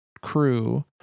crew